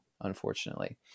unfortunately